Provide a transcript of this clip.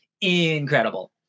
incredible